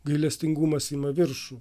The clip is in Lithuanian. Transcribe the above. gailestingumas ima viršų